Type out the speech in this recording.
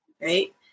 right